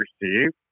received